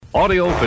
Audio